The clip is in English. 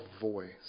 voice